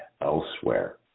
elsewhere